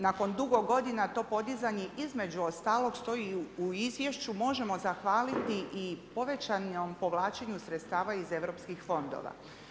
Nakon dugo godina to podizanje između ostalo stoji u izvješću možemo zahvaliti i povećanom povlačenju sredstava iz europskih fondova.